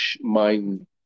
mind